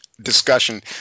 discussion